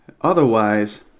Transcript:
Otherwise